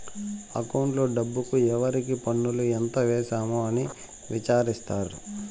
అకౌంట్లో డబ్బుకు ఎవరికి పన్నులు ఎంత వేసాము అని విచారిత్తారు